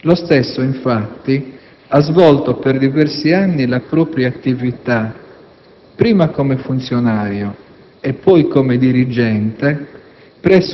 lo stesso, infatti, ha svolto per diversi anni la propria attività, prima come funzionario e poi come dirigente,